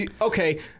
okay